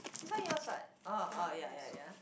this one yours what orh orh ya ya ya